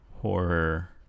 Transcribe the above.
horror